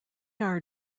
are